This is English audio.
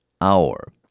hour